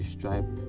Stripe